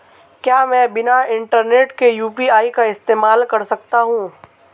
क्या मैं बिना इंटरनेट के यू.पी.आई का इस्तेमाल कर सकता हूं?